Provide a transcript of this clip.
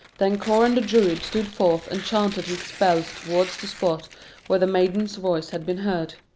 then coran the druid stood forth and chanted his spells towards the spot where the maiden's voice had been heard.